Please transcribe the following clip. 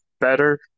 better